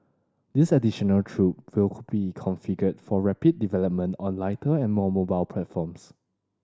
this additional troop will be configured for rapid development on lighter and more mobile platforms